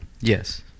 yes